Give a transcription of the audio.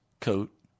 coat